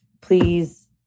Please